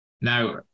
now